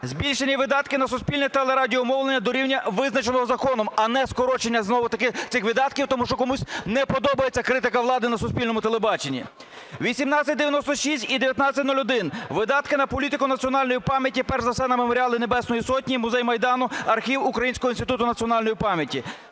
Збільшення видатків на суспільне телерадіомовлення дорівнює визначеному законом, а не скорочення знов-таки цих видатків, тому що комусь не подобається критика влади на суспільному телебаченні. 1896 і 1901 – видатки на політику національної пам'яті, перш за все на Меморіал Небесної Сотні, Музей Майдану, архів Українського інституту національної пам'яті.